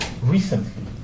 recently